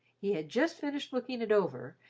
he had just finished looking it over,